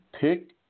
pick